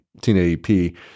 1080p